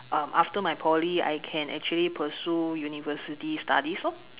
um after my poly I can actually pursue university studies lor